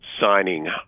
signing